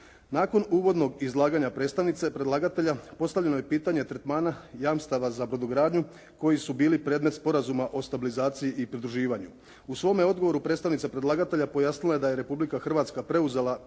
Nakon uvodnog izlaganja predstavnice predlagatelja, postavljeno je pitanje tretmana jamstava za brodogradnju koji su bili predmet Sporazuma o stabilizaciji i pridruživanju. U svome odgovoru predstavnica predlagatelja pojasnila je da je Republika Hrvatska preuzela